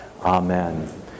Amen